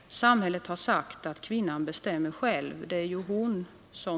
Samhället har sagt att kvinnan bestämmer själv — det är ju hon som .